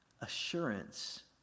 assurance